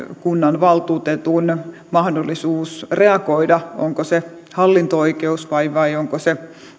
kunnanvaltuutetun mahdollisuus reagoida onko se hallinto oikeus vai onko se